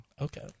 Okay